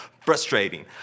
Frustrating